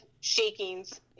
shakings